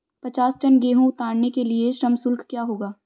पचास टन गेहूँ उतारने के लिए श्रम शुल्क क्या होगा?